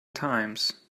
times